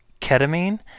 ketamine